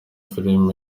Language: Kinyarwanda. film